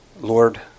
Lord